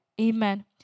Amen